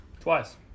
twice